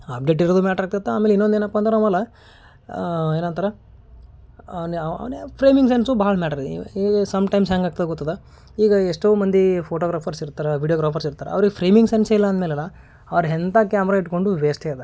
update ಇರೋದು matter ಆಗ್ತೈತ ಆಮೇಲೆ ಇನ್ನೊಂದು ಏನಪ್ಪಂದ್ರ ಅವೆಲ್ಲ ಏನಂತರ ಅವ್ನೆ ಅವ ಅವ್ನ್ಯಾವ ಫ್ರೇಮಿಂಗ್ ಸೆನ್ಸು ಭಾಳ ಮ್ಯಾಟ್ರಾ ಈ ಈ ಸಮ್ಟೈಮ್ಸ್ ಹೆಂಗಾಗ್ತದ ಗೊತ್ತದ ಈಗ ಎಷ್ಟೋ ಮಂದಿ ಫೋಟೋಗ್ರಾಫರ್ಸ್ ಇರ್ತಾರ ವಿಡಿಯೋಗ್ರಾಫರ್ಸ್ ಇರ್ತಾರ ಅವ್ರಿಗೆ ಫ್ರೇಮಿಂಗ್ ಸೆನ್ಸೇ ಇಲ್ಲಾಂದ್ಮೇಲಲ ಅವ್ರ ಎಂಥಾ ಕ್ಯಾಮ್ರ ಇಟ್ಕೊಂಡು ವೇಷ್ಟೇ ಅದ